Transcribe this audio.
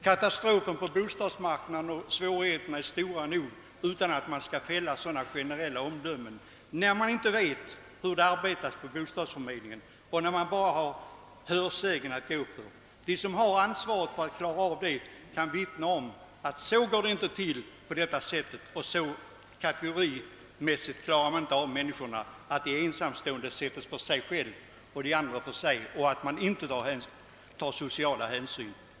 Svårigheterna på bostadsmarknaden är katastrofala nog, utan att man fäller sådana generella omdömen när man inte vet hur det arbetas på bostadsförmedlingarna och bara har hörsägen att gå efter. De som bär ansvaret för att klara av problemen kan vittna om att det inte går till på det sättet. Så kategorimässigt behandlas inte männi skorna att de ensamstående sättes för sig och de andra för sig utan sociala hänsyn.